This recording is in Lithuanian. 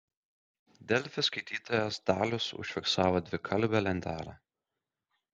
delfi skaitytojas dalius užfiksavo dvikalbę lentelę